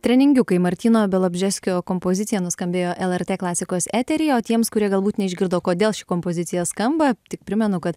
treningiukai martyno bialobžeskio kompozicija nuskambėjo lrt klasikos eteryje o tiems kurie galbūt neišgirdo kodėl ši kompozicija skamba tik primenu kad